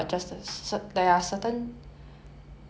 like that you might as well use spoon loh I feel